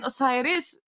Osiris